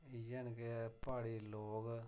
इ'यै न कि प्हाड़ी लोक